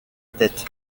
tête